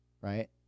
right